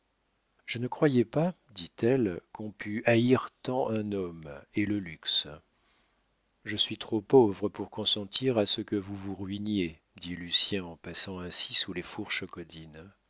je ne croyais pas dit-elle qu'on pût haïr tant un homme et le luxe je suis trop pauvre pour consentir à ce que vous vous ruiniez dit lucien en passant ainsi sous les fourches caudines